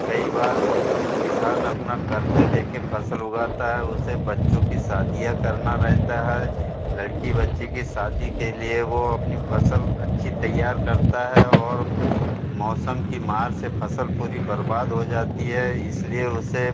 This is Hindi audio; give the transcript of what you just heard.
कई बार वो किसान अपना कर्ज़ ले कर फ़सल उगाता है उसे बच्चों की शादियाँ करना रहता है लड़की बच्ची की शादी के लिए वो अपनी फ़सल अच्छी तैयार करता है और मौसम की मार से फ़सल पूरी बर्बाद हो जाती है इस लिए उसे